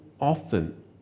often